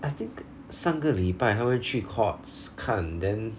I think 上个礼拜他们去 Courts 看 then